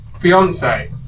fiance